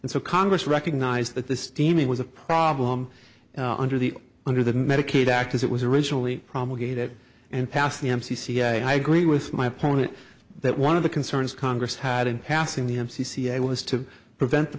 and so congress recognized that the steaming was a problem under the under the medicaid act as it was originally promulgated and passed the m c c i agree with my opponent that one of the concerns congress had in passing the m c c a was to prevent the